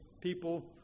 people